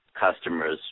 customers